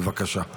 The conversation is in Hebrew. בבקשה.